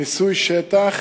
ניסוי שטח.